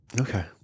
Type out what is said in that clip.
okay